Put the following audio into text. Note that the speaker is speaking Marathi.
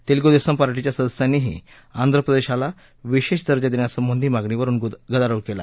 तेलगू देसम पार्टीच्या सदस्यांनीही आंध्रपदेशाला विशेष दर्जा देण्यासंबंधी मागणीवरुन गदारोळ केला